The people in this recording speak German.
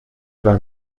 war